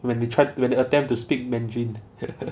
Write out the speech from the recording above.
when they tried to in an attempt to speak mandarin